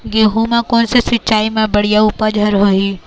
गेहूं म कोन से सिचाई म बड़िया उपज हर होही?